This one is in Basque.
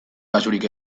kasurik